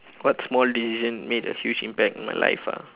what small decision made a huge impact on my life ah